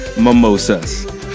mimosas